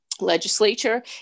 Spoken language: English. Legislature